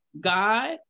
God